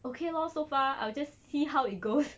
okay lor so far I will just see how it goes